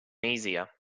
easier